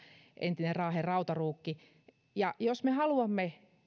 entinen raahen rautaruukki jos me haluamme